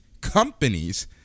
companies